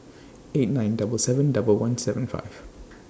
eight nine double seven double one seven five